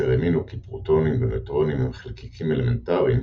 כאשר האמינו כי פרוטונים ונייטרונים הם חלקיקים אלמנטריים,